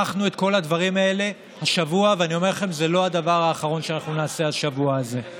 איציק, לך תפגוש את העובדות הסוציאליות שלך.